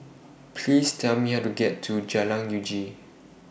Please Tell Me How to get to Jalan Uji